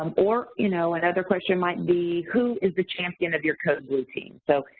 um or you know, another question might be who is the champion of your code blue team? so,